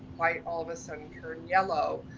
like all of a sudden turn yellow?